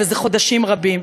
וזה חודשים רבים: